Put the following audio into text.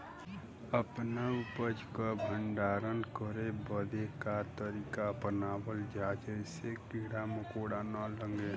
अपना उपज क भंडारन करे बदे का तरीका अपनावल जा जेसे कीड़ा मकोड़ा न लगें?